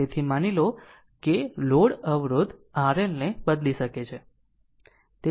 તેથી માની લો કે લોડ અવરોધ RL ને બદલી શકાય છે